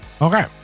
Okay